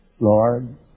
Lord